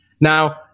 Now